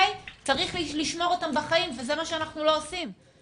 צריך לשמור אותם בחיים, וזה מה שאנחנו לא עושים.